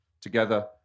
Together